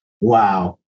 wow